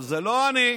אמרת: זה לא אני,